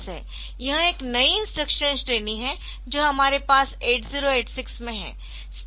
यह एक नयी इंस्ट्रक्शन श्रेणी है जो हमारे पास 8086 में है